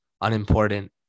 unimportant